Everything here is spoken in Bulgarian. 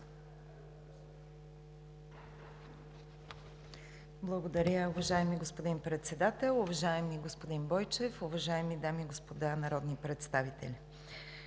Благодаря, уважаеми господин Председател. Уважаеми господин Кичиков, уважаеми госпожи и господа народни представители!